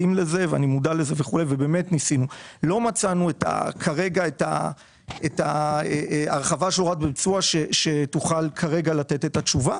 לא מצאנו כרגע את ההרחבה של הוראת הביצוע שתוכל לתת את התשובה.